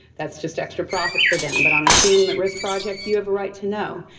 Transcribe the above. that's just extra profit for them, but on a cm at risk project, you have a right to know,